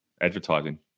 advertising